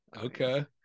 okay